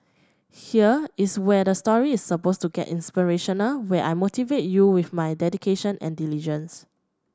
here is where the story is suppose to get inspirational where I motivate you with my dedication and diligence